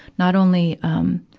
not only, um,